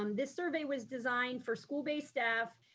um this survey was designed for school-based staff,